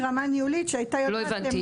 רמה ניהולית שהייתה יודעת --- לא הבנתי.